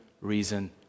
reason